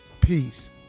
Peace